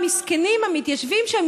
מסכנים המתיישבים שם,